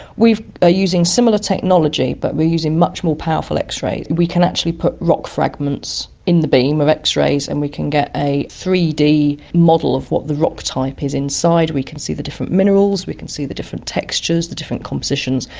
we are using similar technology but we are using much more powerful x-rays. we can actually put rock fragments in the beam of x-rays and we can get a three d model of what the rock type is inside, we can see the different minerals, we can see the different textures, the different compositions.